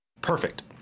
Perfect